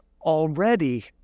already